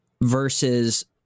versus